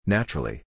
Naturally